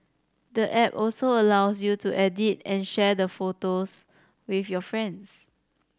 the app also allows you to edit and share the photos with your friends